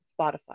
spotify